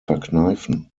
verkneifen